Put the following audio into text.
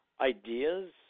ideas